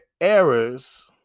errors